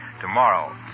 tomorrow